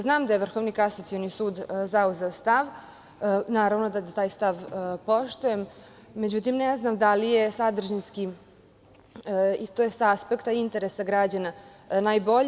Znam da je Vrhovni kasacioni sud zauzeo stav, naravno da taj stav poštujem, međutim, ne znam da li je sadržinski, i to je sa aspekta interesa građana najbolje.